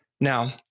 Now